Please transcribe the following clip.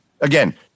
again